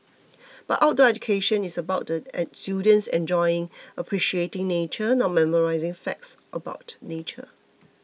but outdoor education is about the students enjoying appreciating nature not memorising facts about nature